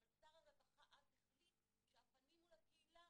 אבל שר הרווחה אז החליט שהפנים מול הקהילה